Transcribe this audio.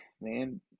man